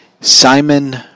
Simon